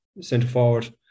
centre-forward